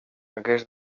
aquest